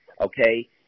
okay